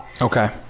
Okay